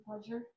pleasure